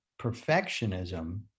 perfectionism